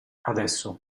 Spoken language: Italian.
adesso